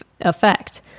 effect